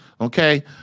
okay